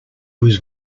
was